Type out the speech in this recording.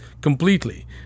completely